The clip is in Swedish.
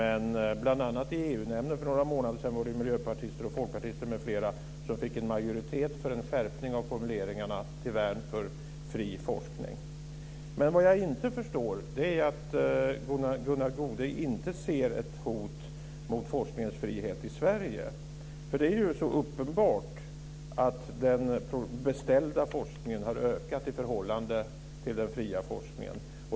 I bl.a. EU-nämnden fick miljöpartister och folkpartister m.fl. för några månader sedan en majoritet för en skärpning av formuleringarna till värn för fri forskning. Vad jag inte förstår är att Gunnar Goude inte ser ett hot mot forskningens frihet i Sverige. Det är ju så uppenbart att den beställda forskningen har ökat i förhållande till den fria forskningen.